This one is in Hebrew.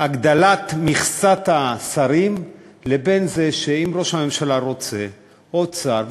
הגדלת מכסת השרים לבין זה שאם ראש הממשלה רוצה עוד שר,